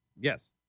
Yes